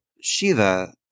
Shiva